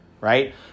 right